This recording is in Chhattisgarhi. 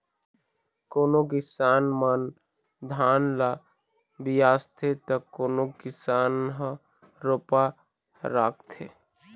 कोनो किसान मन धान ल बियासथे त कोनो किसान ह रोपा राखथे